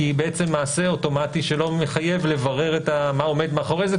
כי היא מעשה אוטומטי שלא מחייב לברר מה עומד מאחורי זה,